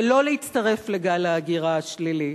ולא להצטרף לגל ההגירה השלילי,